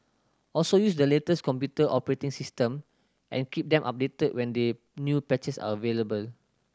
also use the latest computer operating system and keep them updated when they new patches are available